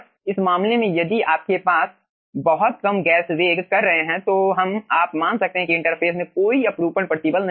और इस मामले में यदि आपके पास बहुत कम गैस वेग कर रहे हैं तो हम आप मान सकते हैं कि इंटरफ़ेस में कोई अपरूपण प्रतिबल नहीं है